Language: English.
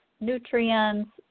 nutrients